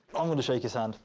i'm going to shake his hand.